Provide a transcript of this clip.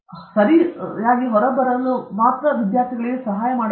ಸರಿ ಹೊರಬರಲು ಯಾವುದಾದರೂ ಸಹಾಯ ಮಾತ್ರ ನಾವು ಮಾಡಬಹುದು